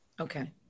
Okay